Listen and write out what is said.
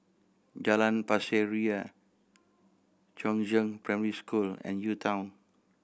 Jalan Pasir Ria Chongzheng Primary School and UTown